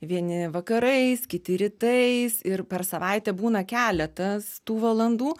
vieni vakarais kiti rytais ir per savaitę būna keletas tų valandų